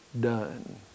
done